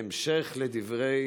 בהמשך לדברי